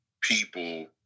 people